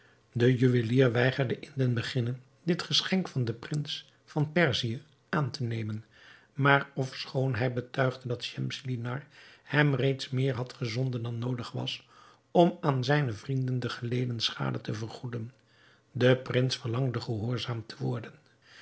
de juwelier weigerde in den beginne dit geschenk van den prins van perzië aan te nemen maar ofschoon hij betuigde dat schemselnihar hem reeds meer had gezonden dan noodig was om aan zijne vrienden de geleden schade te vergoeden de prins verlangde gehoorzaamd te worden